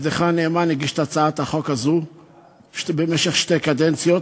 עבדך הנאמן הגיש את הצעת החוק הזאת במשך שתי קדנציות,